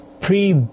pre